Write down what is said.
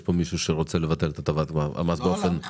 פה מישהו שרוצה לבטל את הטבת המס באופן מוחלט.